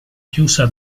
chiusa